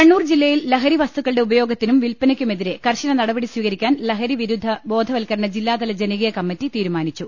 കണ്ണൂർ ജില്ലയിൽ ലഹരിവസ്തുക്കളുടെ ഉപയോഗത്തിനും വിൽപനക്കുമെതിരെ കർശന നടപടി സ്വീകരിക്കാൻ ലഹരി വിരുദ്ധ ബോധവൽക്കരണ ജില്ലാതല ജനകീയ കമ്മിറ്റി തീരുമാനിച്ചു